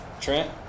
Trent